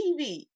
TV